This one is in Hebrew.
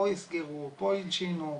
פה הלשינו,